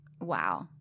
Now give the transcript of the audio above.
Wow